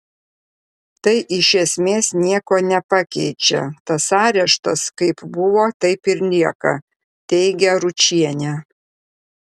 tai iš esmės nieko nepakeičia tas areštas kaip buvo taip ir lieka teigia ručienė